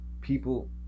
People